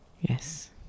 Yes